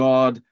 God